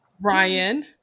Ryan